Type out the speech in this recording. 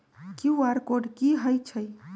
QR code कि हई छई?